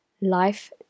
Life